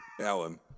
Alan